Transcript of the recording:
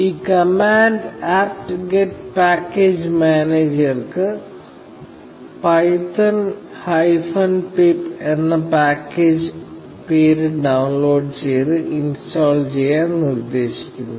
ഈ command apt get package മാനേജർക്ക് Python hyphen pip എന്ന പാക്കേജ് പേര് ഡൌൺലോഡ് ചെയ്ത് ഇൻസ്റ്റാൾ ചെയ്യാൻ നിർദ്ദേശിക്കുന്നു